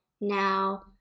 now